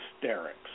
hysterics